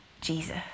Jesus